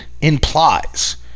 implies